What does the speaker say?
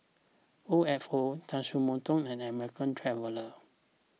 O F O Tatsumoto and American Traveller